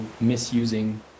misusing